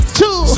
two